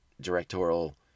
directorial